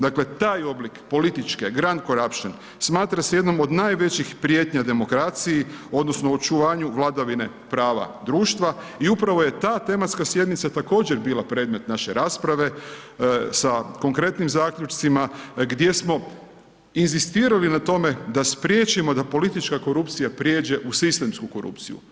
Dakle taj oblik političke grand corruption smatra se jednom od najvećih prijetnja demokraciji odnosno očuvanju vladavine prava društva i upravo je ta tematska sjednica također bila predmet naše rasprave sa konkretnim zaključcima gdje smo inzistirali na tome da spriječimo da politička korupcija prijeđe u sistemsku korupciju.